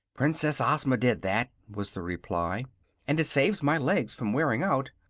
princess ozma did that, was the reply and it saves my legs from wearing out.